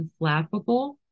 unflappable